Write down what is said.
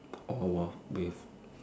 orh !wah! with